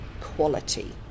quality